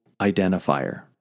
identifier